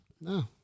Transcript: No